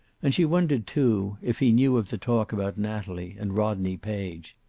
and she wondered, too, if he knew of the talk about natalie and rodney page.